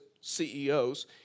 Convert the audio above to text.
CEOs